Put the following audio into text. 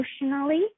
emotionally